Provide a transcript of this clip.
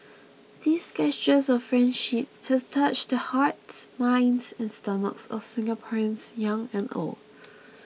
these gestures of friendship has touched the hearts minds and stomachs of Singaporeans young and old